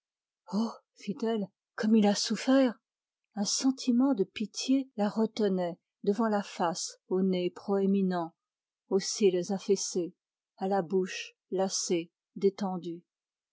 comme il a souffert un sentiment de pitié la retenait devant la face au nez proéminent aux cils affaissés à la bouche lassée détendue